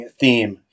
theme